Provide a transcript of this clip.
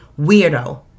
weirdo